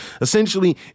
essentially